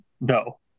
No